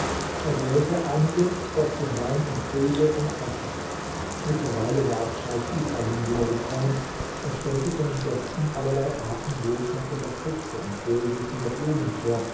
er wählte einige goß den wein in krüge und flaschen mittlerweile war auch scheich ibrahim wieder gekommen und stellte seinen gästen allerlei arten wohlschmeckender früchte und wohlriechender blumen vor